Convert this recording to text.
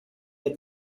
had